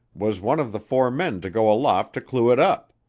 was one of the four men to go aloft to clew it up.